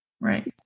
right